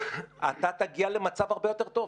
אתה תגיע מצב הרבה יותר טוב,